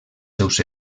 seus